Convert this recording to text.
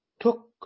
Took